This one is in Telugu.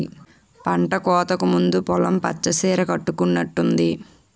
పంటకోతకు ముందు పొలం పచ్చ సీర కట్టుకునట్టుంది